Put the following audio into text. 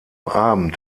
abend